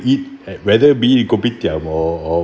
eat I'd rather be in the kopitiam or